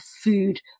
food